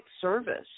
service